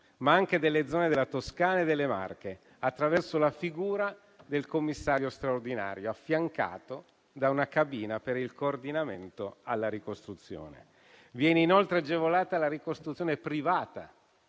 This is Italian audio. ma anche delle zone della Toscana e delle Marche, attraverso la figura del commissario straordinario, affiancato da una cabina per il coordinamento alla ricostruzione. Viene inoltre agevolata la ricostruzione privata,